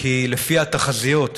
כי לפי התחזיות,